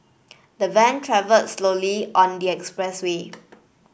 the van travelled slowly on the expressway